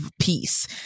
peace